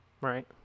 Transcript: right